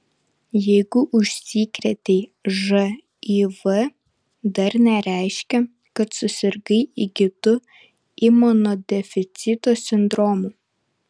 jeigu užsikrėtei živ dar nereiškia kad susirgai įgytu imunodeficito sindromu